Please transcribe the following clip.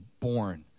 born